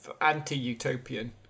anti-utopian